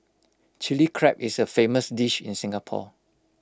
Chilli Crab is A famous dish in Singapore